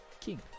king